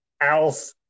ALF